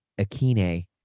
Akine